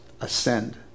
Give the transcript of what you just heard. ascend